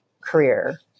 career